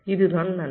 இதுதான் நன்மை